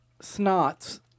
Snots